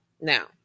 now